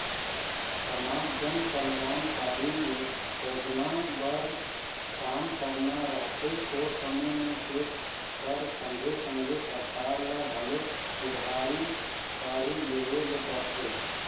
समाज जनकलयानकारी सोजना बर काम करना रहथे ओ समे में टेक्स कर संघे संघे सरकार ल घलो उधारी बाड़ही लेहे ले परथे